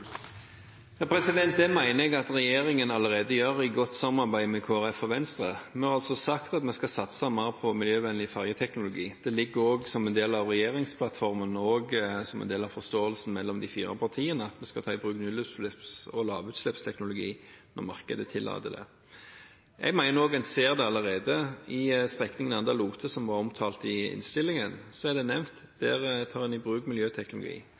Det mener jeg at regjeringen allerede gjør i godt samarbeid med Kristelig Folkeparti og Venstre. Vi har sagt at vi skal satse mer på miljøvennlig ferjeteknologi. Det ligger også som en del av regjeringsplattformen og som en del av forståelsen mellom de fire partiene at vi skal ta i bruk nullutslipps- og lavutslippsteknologi når markedet tillater det. Jeg mener at en også ser det allerede. På strekningen Anda–Lote, som er omtalt i innstillingen, tar en, som det er nevnt, i bruk miljøteknologi. En